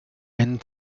einen